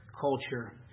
culture